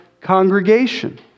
congregation